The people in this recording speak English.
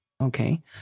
Okay